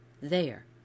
there